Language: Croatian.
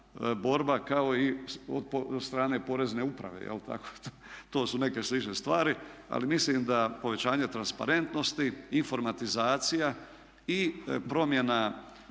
borba kao i sa strane porezne uprave, to su neke slične stvari, ali mislim da povećanje transparentnosti, informatizacija i promjena